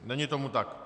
Není tomu tak.